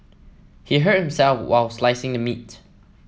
he hurt himself while slicing the meat